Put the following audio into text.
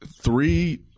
Three